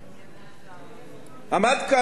עמד כאן חבר הכנסת מאיר שטרית